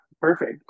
Perfect